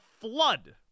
flood